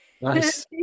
Nice